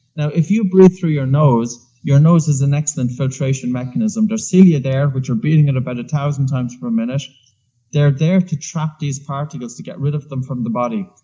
now, if you breathe through your nose, your nose is an excellent filtration mechanism there are cilia there, which are breathing at about a thousand times per minute they're there to trap these particles to get rid of them from the body.